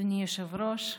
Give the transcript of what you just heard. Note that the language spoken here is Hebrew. אדוני היושב-ראש,